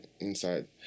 inside